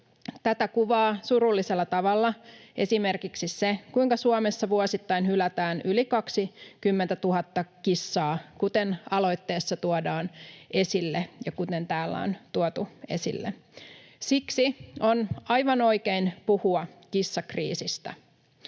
Tätä kuvaa surullisella tavalla esimerkiksi se, kuinka Suomessa vuosittain hylätään yli 20 000 kissaa, kuten aloitteessa tuodaan esille ja kuten täällä on tuotu esille. Siksi on aivan oikein puhua kissakriisistä.